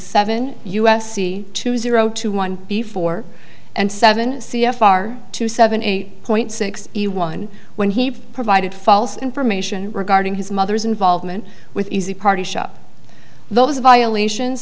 seven us two zero two one before and seven c f r two seven eight point six one when he provided false information regarding his mother's involvement with easy party shop those violations